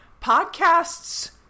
Podcasts